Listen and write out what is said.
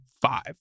five